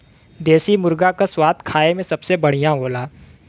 देसी मुरगा क स्वाद खाए में सबसे बढ़िया होला